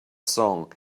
song